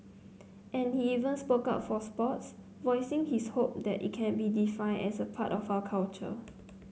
and he even spoke up for sports voicing his hope that it can be defined as part of our culture